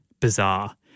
bizarre